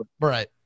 Right